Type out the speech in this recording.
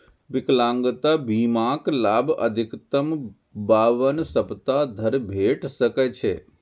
विकलांगता बीमाक लाभ अधिकतम बावन सप्ताह धरि भेटि सकै छै